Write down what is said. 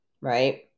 Right